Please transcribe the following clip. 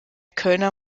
kölner